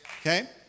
okay